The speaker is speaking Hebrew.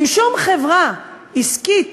אם שום חברה עסקית